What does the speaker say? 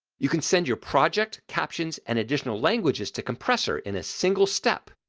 you can send your project, captions and additional languages to compressor in a single step,